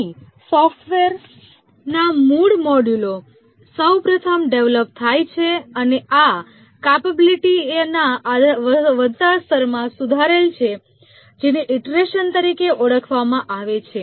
અહીં સોફ્ટવેરનાં મૂળ મોડ્યુલો સૌ પ્રથમ ડેવલપ થાય છે અને આ કેપેબીલીટીઓના વધતા સ્તરમાં સુધારેલ છે જેને ઇટરેશન તરીકે ઓળખવામાં આવે છે